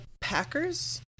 Packers